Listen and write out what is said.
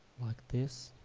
like this